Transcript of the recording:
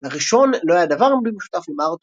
לראשון לא היה דבר במשותף עם ארתור